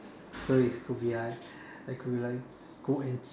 so is could be like I could be like go and